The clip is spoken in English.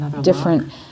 different